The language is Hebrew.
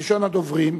ראשון הדוברים,